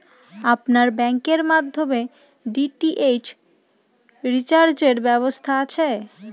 আপনার ব্যাংকের মাধ্যমে ডি.টি.এইচ রিচার্জের ব্যবস্থা আছে?